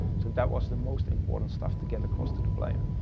so that was the most important stuff to get across to the player.